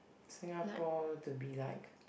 Singapore to be like